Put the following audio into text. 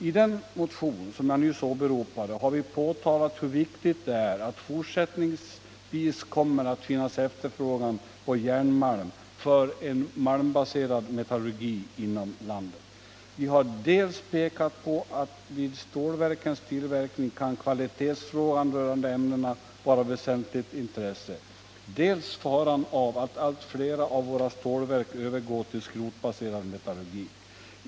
I den motion som jag nyss åberopade har vi påtalat hur viktigt det är att det fortsättningsvis kommer att finnas efterfrågan på järnmalm för en malmbaserad metallurgi inom landet. Vi har pekat på dels att vid stålverkens tillverkning kan kvalitetsfrågan rörande ämnena vara av väsentligt intresse, dels faran av att allt flera av våra stålverk övergår till skrotbaserad metallurgi.